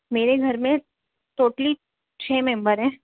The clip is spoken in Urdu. میرے گھر میں ٹوٹلی چھ ممبر ہیں